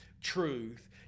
truth